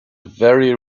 very